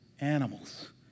animals